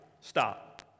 stop